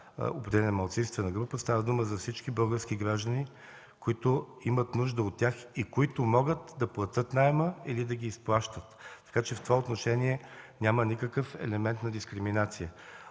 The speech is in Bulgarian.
определена малцинствена група, става дума за всички български граждани, които имат нужда от тях и които могат да плащат наема или да ги изплащат. Така че в това отношение няма никакъв елемент на дискриминация.